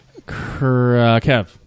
Kev